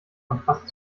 kontrast